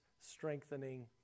strengthening